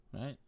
Right